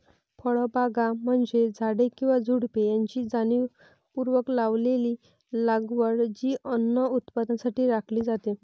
फळबागा म्हणजे झाडे किंवा झुडुपे यांची जाणीवपूर्वक लावलेली लागवड जी अन्न उत्पादनासाठी राखली जाते